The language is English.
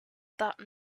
that